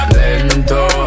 lento